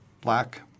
black